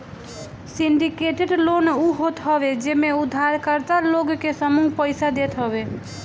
syndicated loan उ होत हवे जेमे उधारकर्ता लोग के समूह पईसा देत हवे